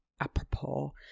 Apropos